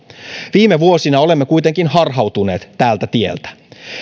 viime vuosina olemme kuitenkin harhautuneet tältä tieltä